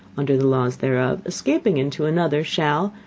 under the laws thereof, escaping into another, shall,